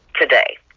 today